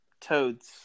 Toads